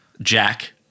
Jack